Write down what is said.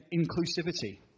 inclusivity